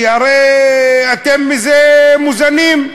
כי הרי אתם מזה מוזנים,